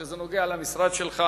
כשזה נוגע למשרד שלך,